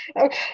Okay